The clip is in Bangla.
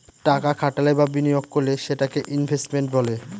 টাকা খাটালে বা বিনিয়োগ করলে সেটাকে ইনভেস্টমেন্ট বলে